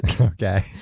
Okay